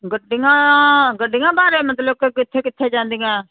ਗੱਡੀਆਂ ਗੱਡੀਆਂ ਬਾਰੇ ਮਤਲਬ ਕਿ ਕਿੱਥੇ ਕਿੱਥੇ ਜਾਂਦੀਆਂ